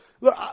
look